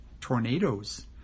tornadoes